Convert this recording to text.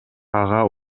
ага